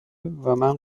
ومن